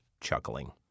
chuckling